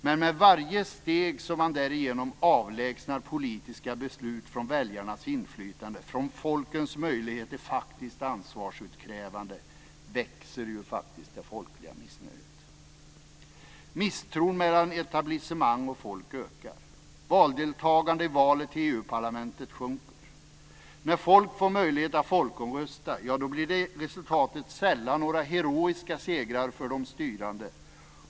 Men med varje steg som man därigenom tar för att avlägsna politiska beslut från väljarnas inflytande, från folkens möjlighet till faktiskt ansvarsutkrävande, växer det folkliga missnöjet. Misstron mellan etablissemang och folk ökar. När folk får möjlighet att folkomrösta blir resultatet sällan några heroiska segrar för de styrande.